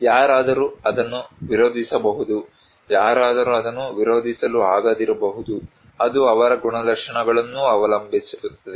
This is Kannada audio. ಯಾರಾದರೂ ಅದನ್ನು ವಿರೋಧಿಸಬಹುದು ಯಾರಾದರೂ ಅದನ್ನು ವಿರೋಧಿಸಲು ಆಗದಿರಬಹುದು ಅದು ಅವರ ಗುಣಲಕ್ಷಣಗಳನ್ನೂ ಅವಲಂಬಿಸಿರುತ್ತದೆ